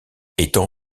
étant